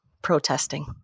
protesting